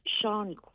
Sean